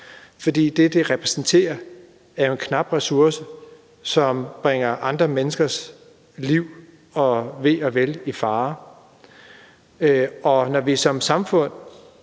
For det, det repræsenterer, er jo en knap ressource, og det tyveri bringer andre menneskers liv og ve og vel i fare. Og når vi som et